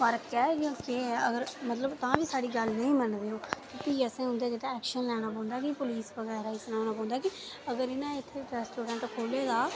फर्क ऐ जां तां बी साढ़ी गल्ल नेईं मनदे ओह् भी असें उं'दे पर एक्शन लैना पौंदा कि पुलिस बगैरा गी सनाना पौंदा कि अगर इ'नें इत्थें रेस्टोरेंट खोह्ले दा